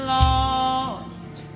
lost